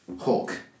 Hulk